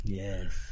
yes